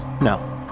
No